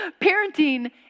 Parenting